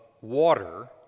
water